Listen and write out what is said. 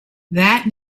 that